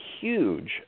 huge